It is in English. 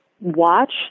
watch